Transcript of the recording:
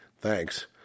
Thanks